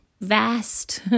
vast